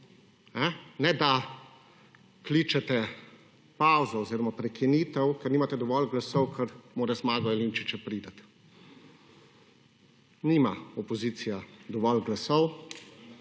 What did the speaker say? ne da kličete pavzo oziroma prekinitev, ker nimate dovolj glasov, ker mora Zmago Jelinčič še priti. Nima opozicija dovolj glasov.